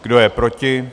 Kdo je proti?